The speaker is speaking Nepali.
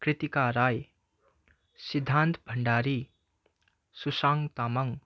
कृतिका राई सिद्धान्त भण्डारी सुसाङ तामाङ